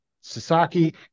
Sasaki